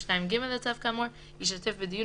2(2) לתקנות שעת חירום (קיום דיונים